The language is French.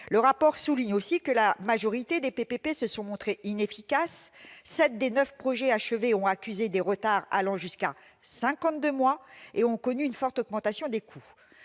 son rapport que la majorité des PPP se sont montrés inefficaces : sept des neuf projets achevés ont accusé des retards allant jusqu'à cinquante-deux mois et ont connu une forte augmentation des coûts.